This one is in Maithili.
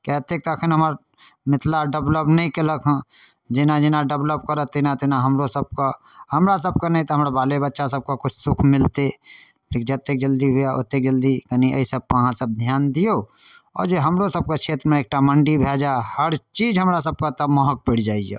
किएक एतेक तऽ एखन हमर मिथिला डेवलप नहि केलक हँ जेना जेना डेवलप करत तेना तेना हमरो सभके हमरा सभके नहि तऽ हमर बाले बच्चा सभके किछु सुख मिलतै जतेक जल्दी हुअए ओतेक जल्दी कनि एहि सबपर अहाँसब धिआन दिऔ आओर जे हमरो सभके क्षेत्रमे एकटा मण्डी भऽ जाए हर चीज हमरा सभके एतऽ महग पड़ि जाइए